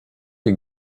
you